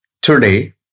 Today